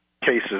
cases